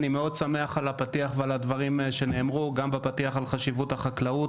אני מאוד שמח על הפתיח ועל הדברים שנאמרו גם בפתיח על חשיבות החקלאות